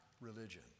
religion